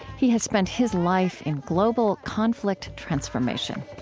he has spent his life in global conflict transformation